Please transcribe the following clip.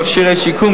מכשירי שיקום,